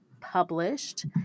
published